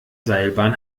seilbahn